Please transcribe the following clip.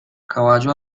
caballo